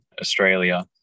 australia